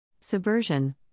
Subversion